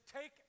take